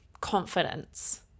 confidence